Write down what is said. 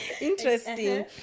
Interesting